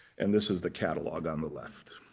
and this is the catalog on the left.